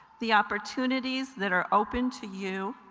the opportunities that are open to you